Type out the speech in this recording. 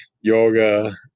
yoga